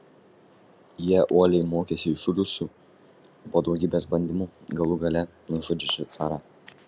jie uoliai mokėsi iš rusų po daugybės bandymų galų gale nužudžiusių carą